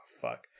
fuck